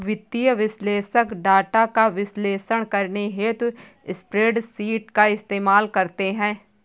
वित्तीय विश्लेषक डाटा का विश्लेषण करने हेतु स्प्रेडशीट का इस्तेमाल करते हैं